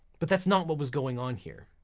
but that's not what was going on here.